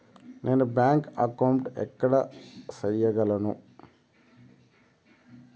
నేను bank account ఎక్కడ సేయగలను